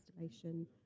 installation